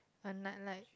a night light